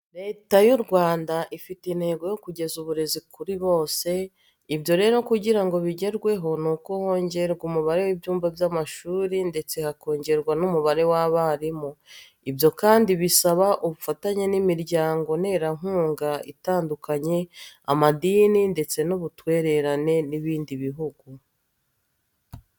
Leta y'u Rwanda ifite intego yo kugeza uburezi kuri bose, ibyo rero kugira ngo bigerweho, nuko hongerwa umubare w'ibyumba by'amashuri ndetse hakongerwa n'umubare w'abarimu. Ibyo kandi bisaba ubufatanye n'imiryango nterankunga itandukanye, amadini ndetse n'ubutwererane n'ibindi bihugu.